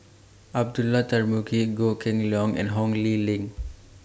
Abdullah Tarmugi Goh Kheng Long and Ho Lee Ling